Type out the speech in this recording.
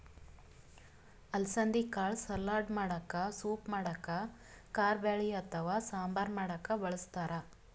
ಅಲಸಂದಿ ಕಾಳ್ ಸಲಾಡ್ ಮಾಡಕ್ಕ ಸೂಪ್ ಮಾಡಕ್ಕ್ ಕಾರಬ್ಯಾಳಿ ಅಥವಾ ಸಾಂಬಾರ್ ಮಾಡಕ್ಕ್ ಬಳಸ್ತಾರ್